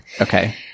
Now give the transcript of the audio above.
Okay